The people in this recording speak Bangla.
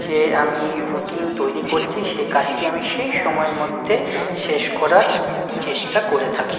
যে আমি রুটিন তৈরি করেছি সেই কাজটি আমি সেই সময়ের মধ্যে শেষ করার চেষ্টা করে থাকি